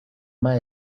más